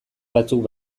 batzuk